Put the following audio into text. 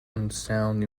unsound